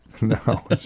No